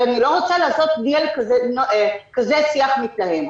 ואני לא רוצה לעשות כזה שיח מתלהם.